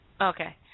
Okay